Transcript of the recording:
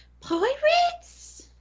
pirates